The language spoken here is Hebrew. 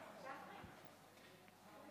אין לי אפילו